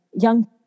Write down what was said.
young